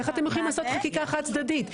איך אתם יכולים לעשות חקיקה חד צדדית?